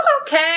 okay